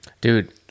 dude